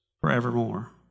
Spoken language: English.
forevermore